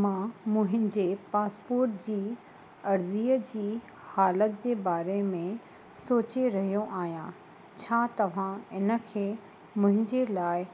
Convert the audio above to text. मां मुंहिंजे पासपोर्ट जी अर्ज़ीअ जी हालति जे बारे में सोचे रहियो आहियां छा तव्हां इन खे मुंहिंजे लाइ